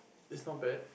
is not bad